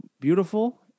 beautiful